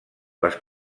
les